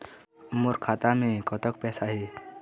मोर खाता मे कतक पैसा हे?